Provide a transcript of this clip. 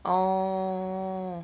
orh